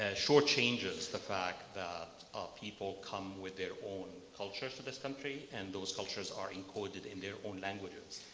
ah short-changes the fact that people come with their own culture to this country, and those cultures are encoded in their own languages.